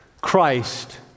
Christ